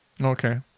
Okay